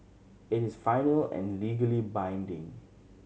it is final and legally binding